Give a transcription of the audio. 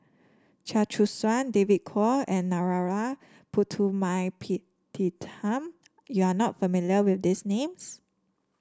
Chia Choo Suan David Kwo and Narana Putumaippittan you are not familiar with these names